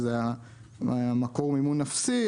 שזה מקור מימון אפסי,